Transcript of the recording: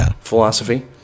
philosophy